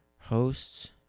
hosts